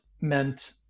meant